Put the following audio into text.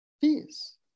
peace